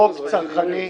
חוק צרכני.